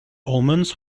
omens